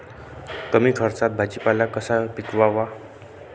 कमी खर्चात भाजीपाला कसा पिकवावा?